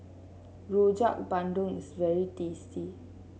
Rojak Bandung is very tasty